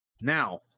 Now